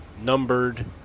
numbered